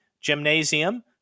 gymnasium